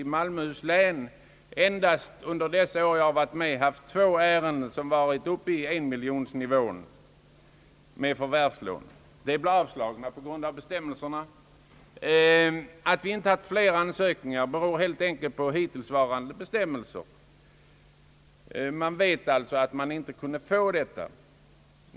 I Malmöhus län har man under de år jag varit med endast haft två ärenden om förvärvslån, som varit uppe i enmiljonsnivån. De blev avslagna på grund av bestämmelserna. Att vi inte har haft fler sådana ansökningar beror helt enkelt på hittillsvarande bestämmelser. Man vet att man inte kan få lån.